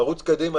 לרוץ קדימה,